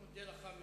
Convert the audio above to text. אני מודה לך.